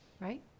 right